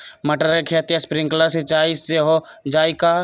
मटर के खेती स्प्रिंकलर सिंचाई से हो जाई का?